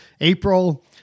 April